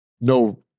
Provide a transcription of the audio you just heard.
no